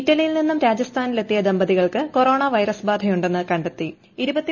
ഇറ്റലിയിൽ നിന്നും പ്രക്ഷാജസ്ഥാനിലെത്തിയ ദമ്പതികൾക്ക് കൊറോണ വൈറസ് ബാധയുണ്ടെന്ന് കണ്ടെത്തി